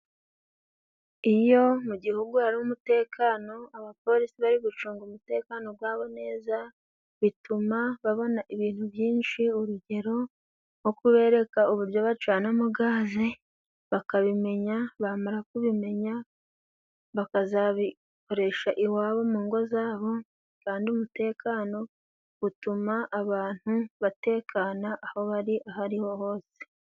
Iyo mu gihugu harumutekano abapolisi bari gucunga umutekano ubwabo neza bituma babona ibintu byinshi urugero nko kubereka uburyo bacanamo gaze bakabimenya bamara kubimenya bakazabikoresha iwabo mu ngo zabo kandi umutekano gutuma abantu batekana aho bari ahariho hose.